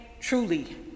Truly